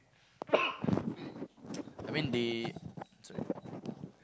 I mean they sorry